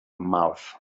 mouth